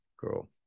girl